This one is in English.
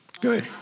Good